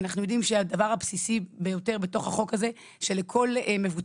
אנחנו יודעים שהדבר הבסיסי ביותר בתוך החוק הזה הוא שלכל מבוטח